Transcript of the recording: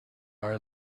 our